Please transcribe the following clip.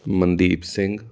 Mandeep Singh